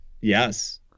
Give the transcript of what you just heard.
Yes